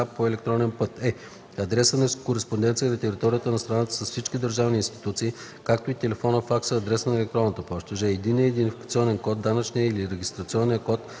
по електронен път; е) адреса за кореспонденция на територията на страната с всички държавни институции, както и телефона, факса, адреса на електронна поща; ж) единния идентификационен код, данъчния или регистрационния код